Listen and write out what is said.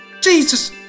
Jesus